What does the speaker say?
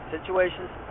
Situations